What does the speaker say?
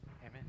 Amen